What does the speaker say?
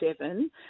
seven